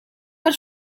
ver